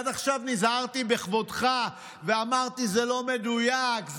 עד עכשיו נזהרתי בכבודך ואמרתי: זה לא מדויק,